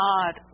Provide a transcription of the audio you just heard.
God